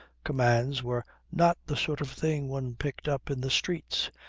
commands were not the sort of thing one picked up in the streets,